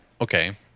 Okay